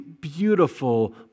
beautiful